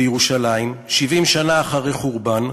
בירושלים, 70 שנה אחרי חורבן,